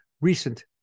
recent